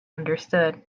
understood